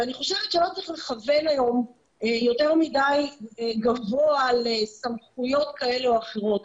אני חושבת שלא צריך לכוון היום יותר מדי גבוה לסמכויות כאלה או אחרות.